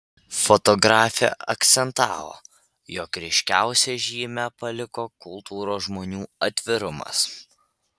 fotografė akcentavo jog ryškiausią žymę paliko kultūros žmonių atvirumas